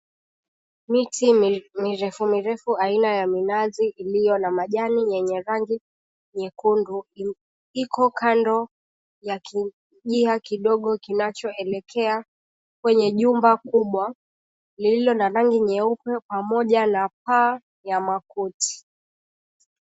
Miti mirefu mirefu aina ya minazi iliyo na majani yenye rangi nyekundu iko kando ya kijia kidogo kinachoelekea kwenye jumba kubwa lililo na rangi nyeupe pamoja na paa ya makuti.